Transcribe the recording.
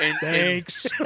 thanks